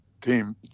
team